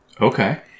Okay